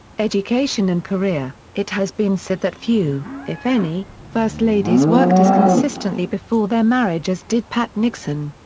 education and career it has been said that few, if any, first ladies worked as consistently before their marriage as did pat nixon.